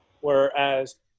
Whereas